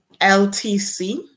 LTC